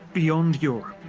beyond europe,